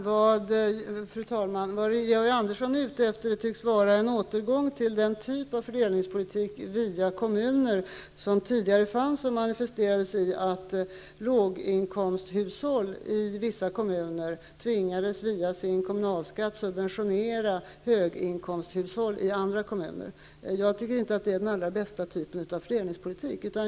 Fru talman! Vad Georg Andersson är ute efter tycks vara en återgång till den typ av fördelningspolitik via kommuner som tidigare fördes och som manifesterades i att låginkomsthushåll i vissa kommuner via sin kommunalskatt tvingades subventionera höginkomsthushåll i andra kommuner. Jag tycker inte att det är den allra bästa typen av fördelningspolitik.